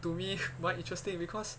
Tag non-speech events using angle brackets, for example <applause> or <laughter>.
to me <laughs> why interesting because